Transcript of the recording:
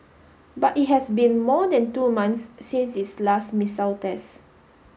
but it has been more than two months since its last missile test